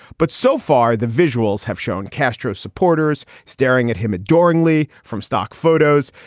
but so far, the visuals have shown castro supporters staring at him adoringly from stock photos.